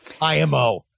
IMO